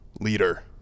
leader